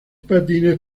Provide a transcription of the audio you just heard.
patines